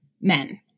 Men